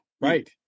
Right